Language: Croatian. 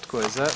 Tko je za?